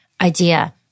idea